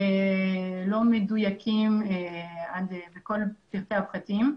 לא מדויקים בכל פרטי הפרטים.